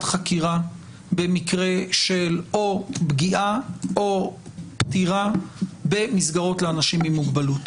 חקירה במקרה של או פגיעה או פטירה במסגרות לאנשים עם מוגבלות,